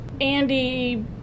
Andy